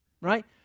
Right